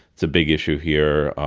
it's a big issue here.